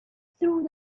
through